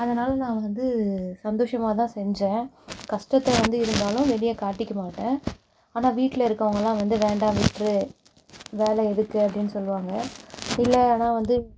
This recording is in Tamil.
அதனால் நா வந்து சந்தோஷமாக தான் செஞ்சேன் கஷ்டத்தை வந்து இருந்தாலும் வெளியே காட்டிக்க மாட்டேன் ஆனால் வீட்டில் இருக்கவங்களா வந்து வேண்டாம் விட்டுரு வேலை எதுக்கு அப்பாடின் சொல்வாங்க இல்லைனா வந்து